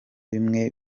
bimwe